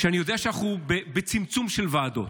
כשאני יודע שאנחנו בצמצום של ועדות,